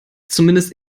zumindest